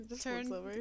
Turn